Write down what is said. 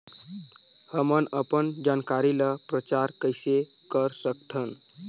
हमन अपन जानकारी ल प्रचार कइसे कर सकथन?